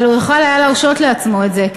אבל הוא יכול היה להרשות לעצמו את זה,